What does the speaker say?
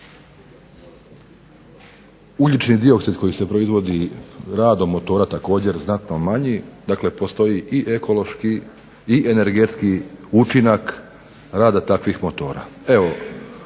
ugljični dioksid koji se proizvodi radom motora je znatno manje, dakle postoji i ekološki i energetski učinak rada takvih motora.